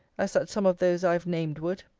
as that some of those i have named would.